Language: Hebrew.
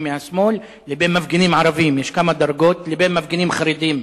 מהשמאל לבין מפגינים ערבים לבין מפגינים חרדים,